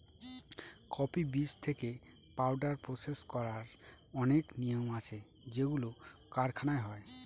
coffee বীজ থেকে powder process করার অনেক নিয়ম আছে যেগুলো কারখানায় হয়